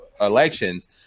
elections